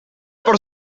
por